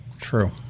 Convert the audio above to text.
True